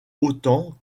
autant